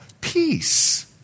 peace